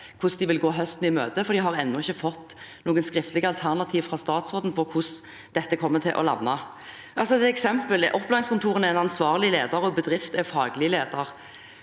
– Ordinær spørretime 3297 møte, for de har ennå ikke fått noe skriftlig alternativ fra statsråden om hvordan dette kommer til å lande. Et eksempel: Opplæringskontorene er ansvarlig leder, og bedrift er faglig leder.